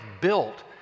built